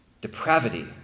Depravity